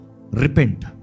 Repent